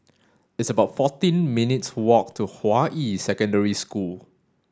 it's about fourteen minutes' walk to Hua Yi Secondary School